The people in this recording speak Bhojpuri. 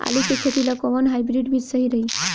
आलू के खेती ला कोवन हाइब्रिड बीज सही रही?